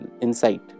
insight